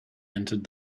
entered